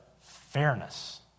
fairness